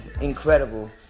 incredible